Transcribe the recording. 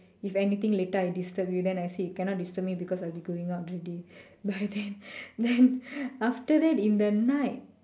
if anything later I disturb you then I say you cannot disturb me because I will be going out already by then then after that in the night